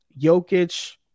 Jokic